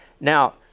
Now